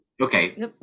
okay